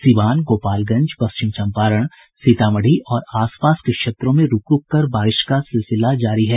सीवान गोपालगंज पश्चिम चंपारण सीतामढ़ी और आसपास के क्षेत्रों में रूक रूककर बारिश का सिलसिला जारी है